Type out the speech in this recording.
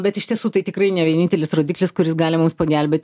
bet iš tiesų tai tikrai ne vienintelis rodiklis kuris gali mums pagelbėt